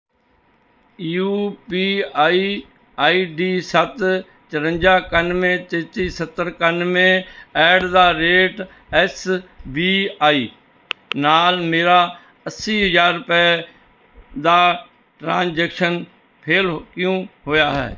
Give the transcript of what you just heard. you P I I D ਸੱਤ ਚੁਰੰਜਾ ਇਕਾਨਵੇਂ ਤੇਤੀ ਸੱਤਰ ਇਕਾਨਵੇਂ at the rate S B I ਨਾਲ ਮੇਰਾ ਅੱਸੀ ਹਜ਼ਾਰ ਰੁਪਏ ਦਾ ਟ੍ਰਾਂਜੈਕਸ਼ਨ ਫੇਲ ਕਿਉਂ ਹੋਇਆ ਹੈ